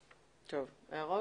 הערות?